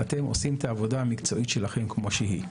אתם עושים את העבודה המקצועית שלכם כמו שהיא.